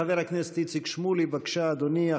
חבר הכנסת איציק שמולי, בבקשה, אדוני.